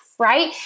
right